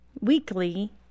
weekly